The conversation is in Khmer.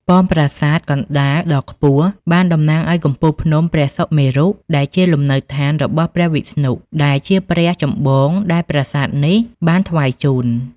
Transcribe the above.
ប៉មប្រាសាទកណ្តាលដ៏ខ្ពស់បានតំណាងឲ្យកំពូលភ្នំព្រះសុមេរុដែលជាលំនៅដ្ឋានរបស់ព្រះវិស្ណុដែលជាព្រះចម្បងដែលប្រាសាទនេះបានថ្វាយជូន។